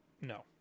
No